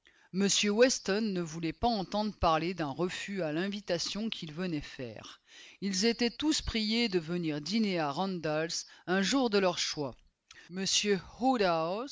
m weston ne voulut pas entendre parler d'un refus à l'invitation qu'il venait faire ils étaient tous priés de venir dîner à randalls un jour de leur choix